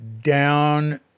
down